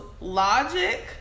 logic